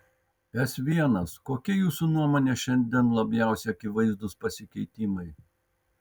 s l kokie jūsų nuomone šiandien labiausiai akivaizdūs pasikeitimai